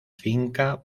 finca